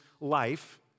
life